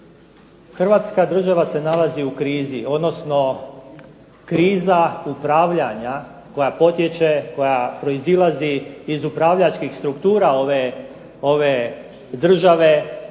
Hrvatska država se nalazi u krizi, odnosno kriza upravljanja koja potječe, koja proizlazi iz upravljačkih struktura ove države,